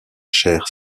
chaire